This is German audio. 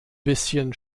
bisschen